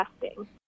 testing